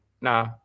nah